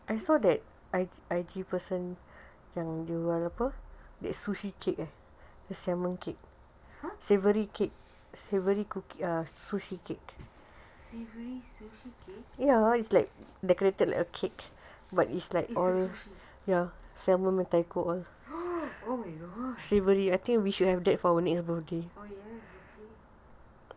!huh! savoury sushi cake it's a sushi oh my god oh yes okay